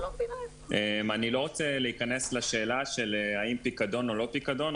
אני לא רוצה להיכנס לשאלה האם פיקדון או לא פיקדון,